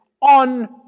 on